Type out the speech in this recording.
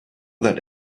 that